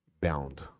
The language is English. bound